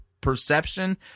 perception